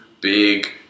Big